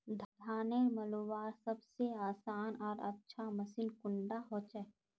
धानेर मलवार सबसे आसान आर अच्छा मशीन कुन डा होचए?